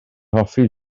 hoffi